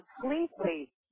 completely